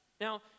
Now